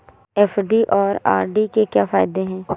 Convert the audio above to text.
FD और RD के क्या फायदे हैं?